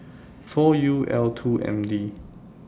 four U L two M D